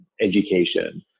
education